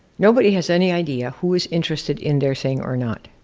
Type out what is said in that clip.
nobody has any idea who is interested in their thing or not.